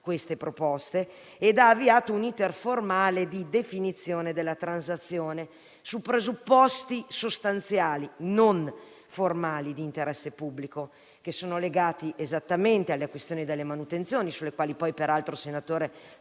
queste proposte e ha avviato un *iter* formale di definizione della transazione, su presupposti sostanziali e non formali di interesse pubblico, che sono legati esattamente alla questione delle manutenzioni (sulle quali poi peraltro tornerò